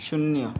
शून्य